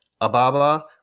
Ababa